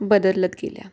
बदलत गेल्या